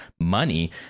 money